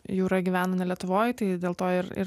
jūra gyvena ne lietuvoj tai dėl to ir ir